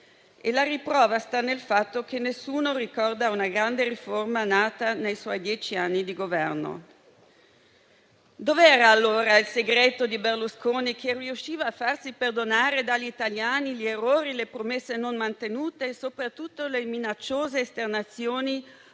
La riprova sta nel fatto che nessuno ricorda una grande riforma nata nei suoi dieci anni di Governo. Dov'era allora il segreto di Berlusconi che riusciva a farsi perdonare dagli italiani gli errori, le promesse non mantenute e soprattutto le minacciose esternazioni